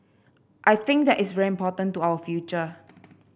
I think that is very important to our future